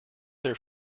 their